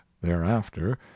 thereafter